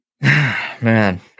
man